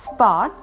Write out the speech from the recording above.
Spot